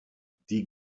die